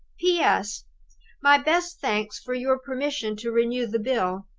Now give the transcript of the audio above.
p. s my best thanks for your permission to renew the bill.